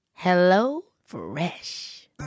HelloFresh